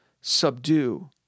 subdue